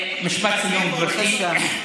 משפט סיום, גברתי.